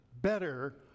better